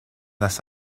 las